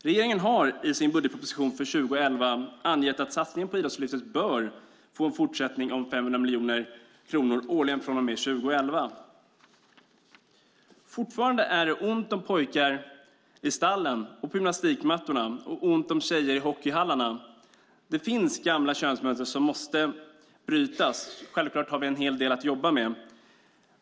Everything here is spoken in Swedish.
Regeringen har i budgetpropositionen för 2011 angett att satsningen på Idrottslyftet bör få en fortsättning om 500 miljoner kronor årligen från och med 2011. Fortfarande är det ont om pojkar i stallen och på gymnastikmattorna och ont om tjejer i hockeyhallarna. Det finns kvar gamla könsmönster som måste brytas. Självklart har vi en hel del att jobba med.